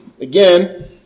Again